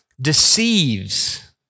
deceives